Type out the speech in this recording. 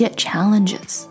challenges